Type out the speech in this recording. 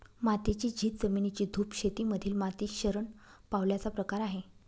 मातीची झीज, जमिनीची धूप शेती मधील माती शरण पावल्याचा प्रकार आहे